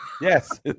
Yes